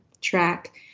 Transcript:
track